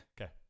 Okay